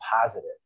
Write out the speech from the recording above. positive